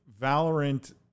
Valorant